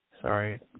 Sorry